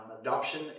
adoption